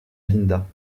linda